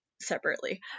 Separately